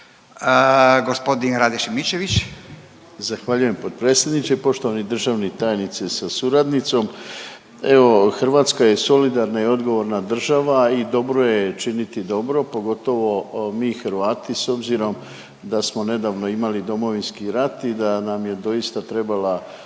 Rade (HDZ)** Zahvaljujem potpredsjedniče, poštovani državni tajniče sa suradnicom. Evo Hrvatska je solidarna i odgovorna država i dobro je činiti dobro pogotovo mi Hrvati s obzirom da smo nedavno imali Domovinski rat i da nam je doista trebala